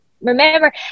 remember